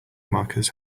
markers